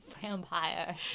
Vampire